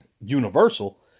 Universal